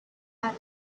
about